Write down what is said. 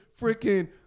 freaking